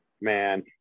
man